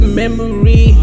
memory